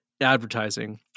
advertising